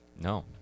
No